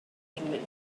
dignity